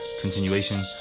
continuation